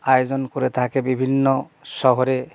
আয়োজন করে থাকে বিভিন্ন শহরে